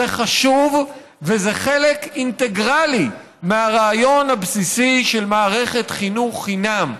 זה חשוב וזה חלק אינטגרלי מהרעיון הבסיסי של מערכת חינוך חינם.